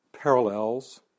parallels